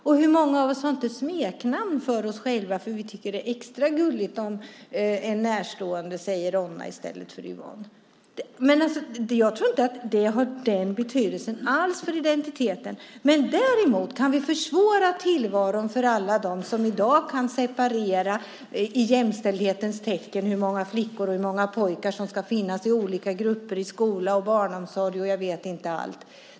Och hur många av oss har inte smeknamn på oss själva därför att vi tycker att det är extra gulligt om en närstående säger Ronna i stället för Yvonne? Jag tror inte alls att namnet har den betydelsen för identiteten. Däremot kan vi försvåra tillvaron för alla dem som i dag i jämställdhetens tecken kan separera hur många flickor och hur många pojkar som ska finnas i olika grupper i skola, barnomsorg och jag vet inte allt.